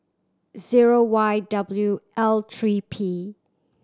zero Y W L three P